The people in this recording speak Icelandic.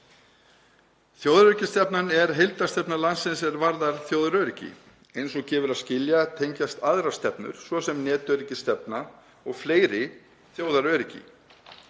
Þjóðaröryggisstefnan er heildarstefna landsins er varðar þjóðaröryggi. Eins og gefur að skilja tengjast aðrar stefnur, svo sem netöryggisstefna og fleiri, þjóðaröryggi.